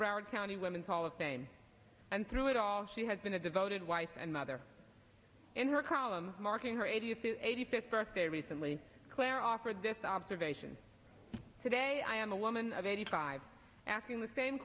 broward county women's hall of fame and through it all she has been a devoted wife and mother in her column marking her eighty fifth birthday recently claire offered this observation today i am a woman of eighty five asking the same